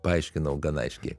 paaiškinau gana aiškiai